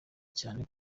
cyane